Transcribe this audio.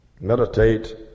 Meditate